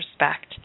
respect